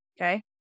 okay